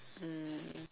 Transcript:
mm